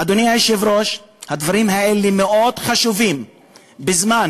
אדוני היושב-ראש, הדברים האלה מאוד חשובים בזמן